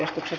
asia